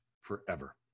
forever